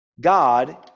God